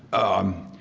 um,